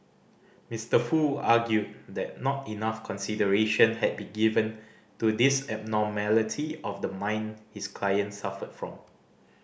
Mister Foo argued that not enough consideration had been given to this abnormality of the mind his client suffered from